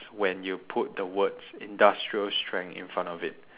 when you put the words industrial strength in front of it